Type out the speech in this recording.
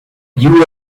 you